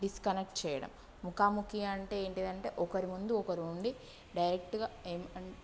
disconnect చేయడం ముఖాముఖి అంటే ఏంటిదంటే ఒకరి ముందు ఒకరు ఉండి డైరెక్ట్గా ఏం